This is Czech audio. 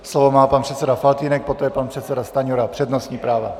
Slovo má pan předseda Faltýnek, poté pan předseda Stanjura s přednostním právem.